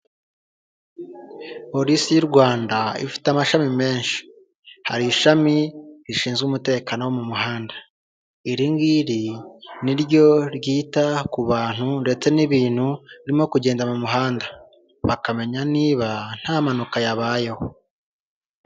Polisi y'u Rwanda ifite amashami menshi, hari ishami rishinzwe umutekano wo mu muhanda, iri ngiri ni ryo ryita ku bantu ndetse n'ibintu birimo kugenda mu muhanda, bakamenya niba ntampanuka yabayeho.